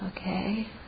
Okay